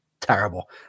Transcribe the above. terrible